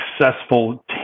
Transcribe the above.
successful